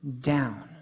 down